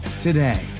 today